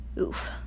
oof